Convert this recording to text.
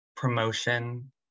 promotion